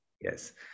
Yes